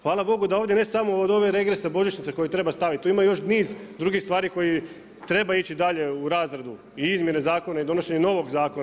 Hvala Bogu da ovdje ne samo od ove regresa, božićne koju treba staviti, tu ima još niz drugih stvari koji trebaju ići dalje u razradu i izmjene zakona i donošenje novog zakona.